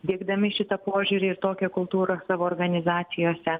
diegdami šitą požiūrį ir tokią kultūrą savo organizacijose